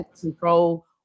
control